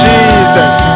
Jesus